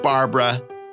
Barbara